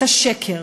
את השקר,